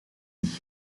zich